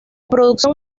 producción